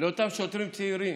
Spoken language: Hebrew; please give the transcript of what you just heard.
לאותם שוטרים צעירים: